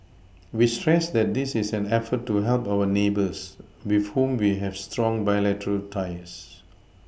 we stress that this is an effort to help our neighbours with whom we have strong bilateral ties